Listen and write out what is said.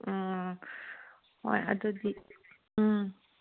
ꯍꯣꯏ ꯑꯗꯨꯗꯤ ꯎꯝ